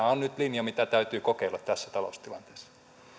on nyt linja mitä täytyy kokeilla tässä taloustilanteessa